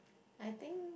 I think